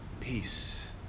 Peace